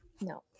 no